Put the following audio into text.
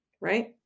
Right